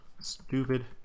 stupid